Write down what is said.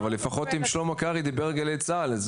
אבל לפחות אם שלמה קרעי דיבר על גלי צה"ל,